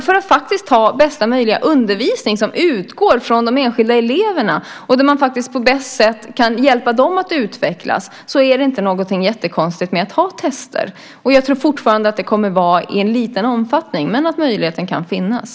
För att ha bästa möjliga undervisning som utgår från de enskilda eleverna och där man på bästa sätt kan hjälpa dessa att utvecklas är det inte jättekonstigt att ha tester. Jag tror fortfarande att det kommer att förekomma i liten omfattning, men möjligheten kan finnas.